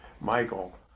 Michael